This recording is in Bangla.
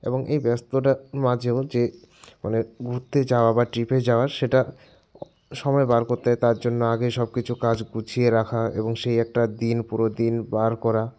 এবং এই ব্যস্ততা মাঝে মাঝে মানে ঘুরতে যাওয়া বা ট্রিপে যাওয়া সেটা সময় বার করতে হয় তার জন্য আগেই সব কিছু কাজ গুছিয়ে রাখা এবং সেই একটা দিন পুরো দিন বার করা